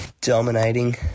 Dominating